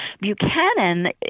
Buchanan